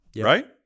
right